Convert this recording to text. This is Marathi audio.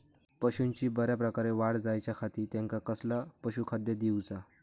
पशूंची बऱ्या प्रकारे वाढ जायच्या खाती त्यांका कसला पशुखाद्य दिऊचा?